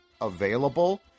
available